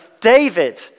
David